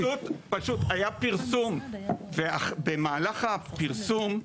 פשוט היה פרסום, ובמהלך הפרסום,